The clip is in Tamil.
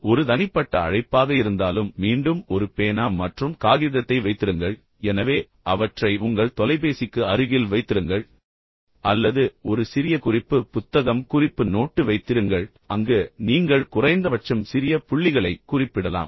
ஒரு தனிப்பட்ட அழைப்பாக இருந்தாலும் மீண்டும் ஒரு பேனா மற்றும் காகிதத்தை வைத்திருங்கள் எனவே பேனாவையும் காகிதத்தையும் உங்கள் தொலைபேசிக்கு அருகில் வைத்திருங்கள் அல்லது ஒரு சிறிய குறிப்பு புத்தகம் குறிப்பு நோட்டு வைத்திருங்கள் அங்கு நீங்கள் குறைந்தபட்சம் சிறிய புள்ளிகளைக் குறிப்பிடலாம்